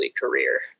career